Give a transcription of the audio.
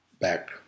back